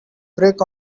brick